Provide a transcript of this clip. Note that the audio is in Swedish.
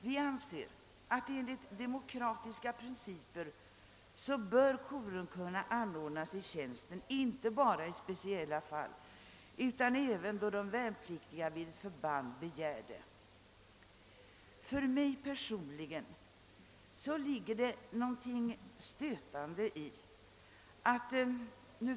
Vi anser att enligt demokratiska principer korum bör kunna anordnas i tjänsten inte bara i speciella fall, utan också då de värnpliktiga vid ett förband begär det. För mig personligen ligger det något stötande i nuvarande ordning.